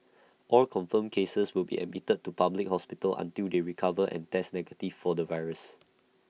all confirmed cases will be admitted to A public hospital until they recover and test negative for the virus